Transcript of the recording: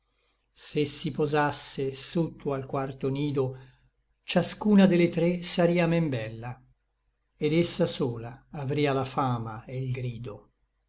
se si posasse sotto al quarto nido ciascuna de le tre saria men bella et essa sola avria la fama e l grido